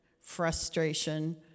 frustration